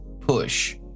push